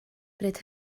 bryd